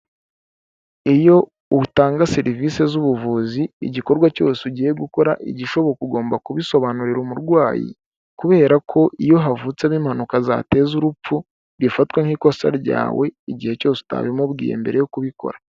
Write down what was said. Iyo utanga serivisi z'ubuvuzi, igikorwa cyose ugiye gukora igishoboka ugomba kubisobanurira umurwayi, kubera ko iyo havutsemo impanuka zateza urupfu, bifatwa nk'ikosa ryawe igihe cyose utabimubwiye mbere yo kubikora.